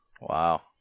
Wow